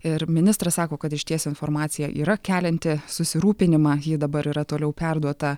ir ministras sako kad išties informacija yra kelianti susirūpinimą ji dabar yra toliau perduota